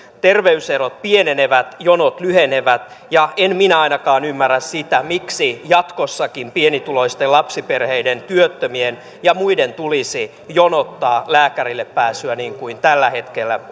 terveyserot pienenevät jonot lyhenevät ja en minä ainakaan ymmärrä sitä miksi jatkossakin pienituloisten lapsiperheiden työttömien ja muiden tulisi jonottaa lääkärille pääsyä niin kuin tällä hetkellä